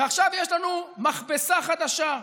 ועכשיו יש לנו מכבסה החדשה: